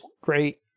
great